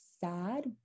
sad